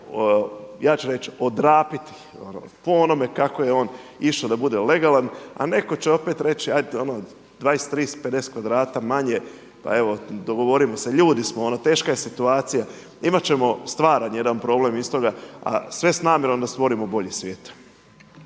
ja ću reći, odrapiti po onome kako je ono išao da bude legalan a netko će opet reći ajde ono dvadeset, trideset, pedeset kvadrata manje pa evo dogovorimo se ljudi smo, teška je situacija. Imat ćemo stvaran jedan problem iz toga a sve s namjerom da stvorimo bolji svijet.